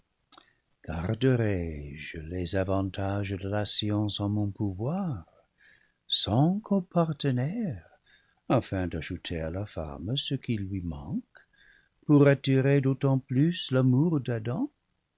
garderai je les avantages de la science en mon pouvoir sans copartenaire afin d'ajouter à la femme ce qui lui manque pour attirer d'autant plus l'amour